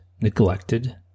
neglected